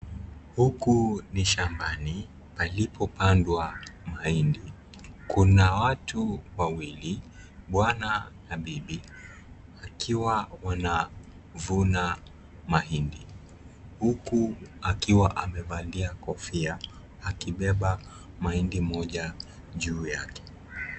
Huku ni shambani palipopandwa mahindi, kuna watu wawili, bwana na bibi wakiwa wanavuna mahindi huku akiwa amevalia kofia akibeba mahindi moja juu yake.